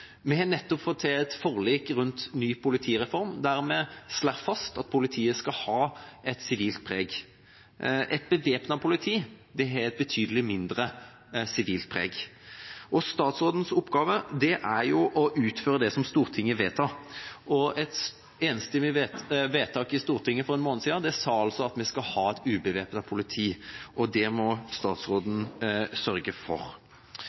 vi ønsker. Vi har nettopp fått til et forlik rundt ny politireform, der vi slår fast at politiet skal ha et sivilt preg. Et bevæpnet politi har et betydelig mindre sivilt preg. Statsrådens oppgave er å utføre det som Stortinget vedtar, og et enstemmig vedtak i Stortinget for en måned siden tilsa at vi skal ha et ubevæpnet politi, og det må statsråden sørge for.